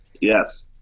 Yes